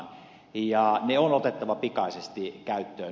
ne on otettava pikaisesti käyttöön